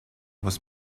was